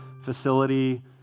facility